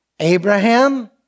Abraham